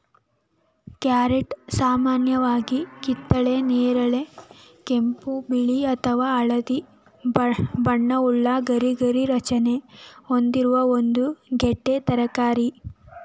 carrot ಸಾಮಾನ್ಯವಾಗಿ ಕಿತ್ತಳೆ ನೇರಳೆ ಕೆಂಪು ಬಿಳಿ ಅಥವಾ ಹಳದಿ ಬಣ್ಣವುಳ್ಳ ಗರಿಗರಿ ರಚನೆ ಹೊಂದಿರುವ ಒಂದು ಗೆಡ್ಡೆ ತರಕಾರಿ